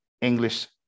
English